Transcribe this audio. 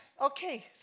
okay